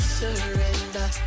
surrender